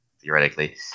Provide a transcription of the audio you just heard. theoretically